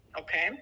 okay